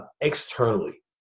externally